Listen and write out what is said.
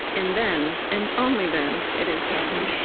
and then and only then it is handed